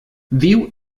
viu